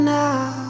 now